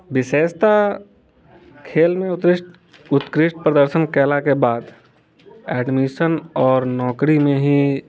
विशेषतः खेलमे उतिष्ट उत्कृष्ट प्रदर्शन कयलाके बाद एडमिशन आओर नौकरीमे ही